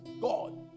God